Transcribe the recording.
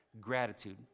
Gratitude